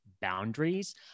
boundaries